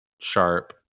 Sharp